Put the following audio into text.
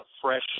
fresh